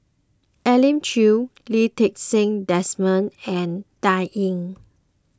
Elim Chew Lee Ti Seng Desmond and Dan Ying